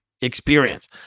experience